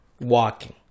Walking